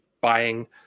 buying